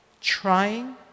Trying